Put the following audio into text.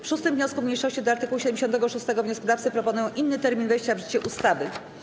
W 6. wniosku mniejszości do art. 76 wnioskodawcy proponują inny termin wejścia w życie ustawy.